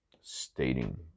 stating